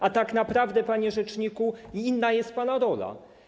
A tak naprawdę, panie rzeczniku, inna jest pana rola.